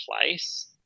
place